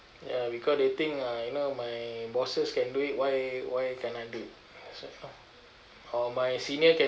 ya because they think uh you know my bosses can do it why why can't I do so or my senior can